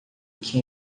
que